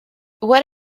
what